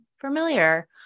familiar